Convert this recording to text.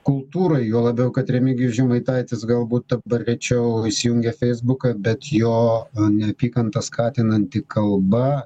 kultūraią juo labiau kad remigijus žemaitaitis galbūt dabar rečiau įsijungia feisbuką bet jo neapykantą skatinanti kalba